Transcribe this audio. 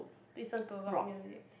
listen to rock music